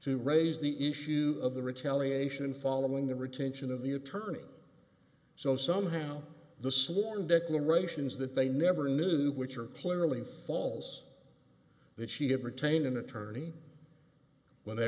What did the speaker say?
to raise the issue of the retaliation following the retention of the attorney so somehow the sworn declarations that they never knew which are clearly false that she had retained an attorney when they